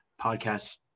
podcast